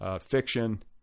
fiction